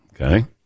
okay